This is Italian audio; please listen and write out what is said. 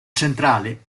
centrale